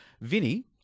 Vinny